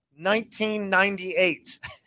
1998